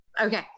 Okay